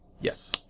Yes